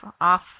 off